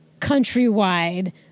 countrywide